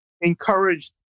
encouraged